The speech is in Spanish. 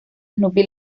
snoopy